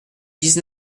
dix